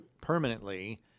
permanently